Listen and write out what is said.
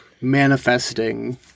manifesting